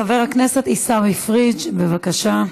חבר הכנסת עיסאווי פריג', בבקשה.